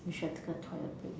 we should have taken a toilet break